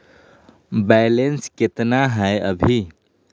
Balance केतना हय अभी?